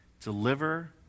Deliver